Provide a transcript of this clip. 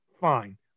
fine